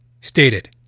stated